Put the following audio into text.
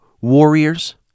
warriors